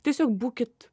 tiesiog būkit